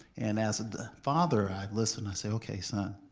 and, as a father, i listened, i said, okay son,